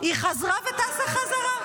היא חזרה, וטסה בחזרה.